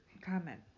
comment